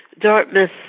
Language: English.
Dartmouth